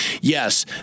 yes